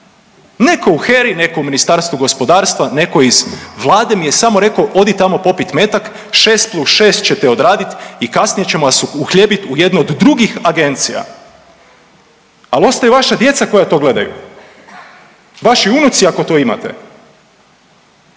neko u HERI, neko u Ministarstvu gospodarstva, neko iz vlade mi samo rekao odi tamo popit metak, šest plus šest čete odraditi i kasnije ćemo vas uhljebiti u jednu od drugih agencija. Ali ostaju vaša djeca koja to gledaju, vaši unuci ako to imate,